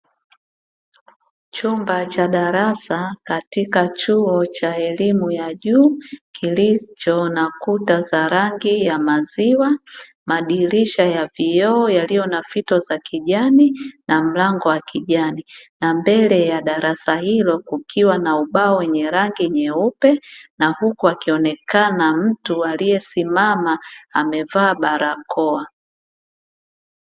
Chumba cha darasa katika chuo cha elimu ya juu, kilicho na kuta za rangi ya maziwa, madirisha ya vioo yaliyo na fito za kijani na mlango wa kijani, na mbele ya darasa hilo kukiwa na ubao wenye rangi nyeupe, na huku akionekana mtu aliyesimama amevaa barakoa.